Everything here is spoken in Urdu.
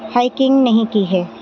ہائیکنگ نہیں کی ہے